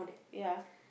ya